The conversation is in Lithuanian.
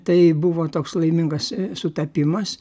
tai buvo toks laimingas sutapimas